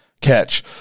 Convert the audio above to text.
catch